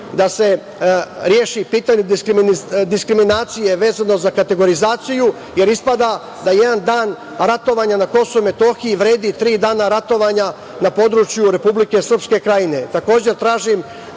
da se reši pitanje diskriminacije vezano za kategorizaciju, jer ispada da jedan dan ratovanja na Kosovu i Metohiji vredi tri dana ratovanja na području Republike Srpske Krajine. Takođe,